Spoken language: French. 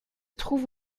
trouve